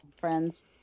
friends